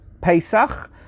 Pesach